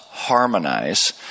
harmonize